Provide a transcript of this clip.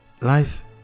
life